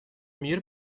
мир